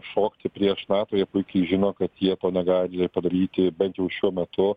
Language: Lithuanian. šokti prieš nato jie puikiai žino kad jie to negali padaryti bent jau šiuo metu